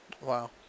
Wow